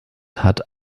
hat